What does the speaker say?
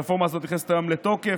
הרפורמה הזאת נכנסת היום לתוקף.